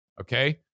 Okay